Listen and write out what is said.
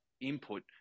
input